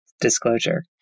Disclosure